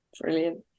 Brilliant